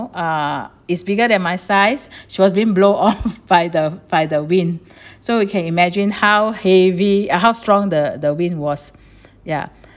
ah it's bigger than my size she was being blow off by the by the wind so you can imagine how heavy how strong the the wind was ya